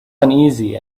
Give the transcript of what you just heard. uneasy